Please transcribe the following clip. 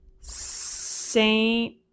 Saint